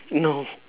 no